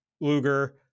Luger